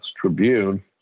Tribune